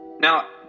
Now